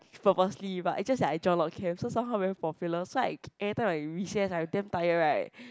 purposely but it's just like I joined a lot of camps so somehow very popular so I every time I recess I damn tired right